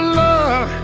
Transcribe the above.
love